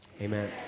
amen